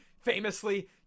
famously